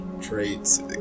traits